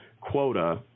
quota